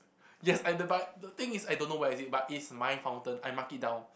yes at th back the thing is I don't know where is it but it's my fountain I mark it down